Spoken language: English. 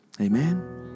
Amen